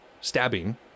stabbing